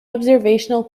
observational